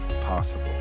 possible